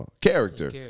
character